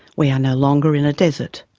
we are no longer in a desert.